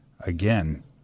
Again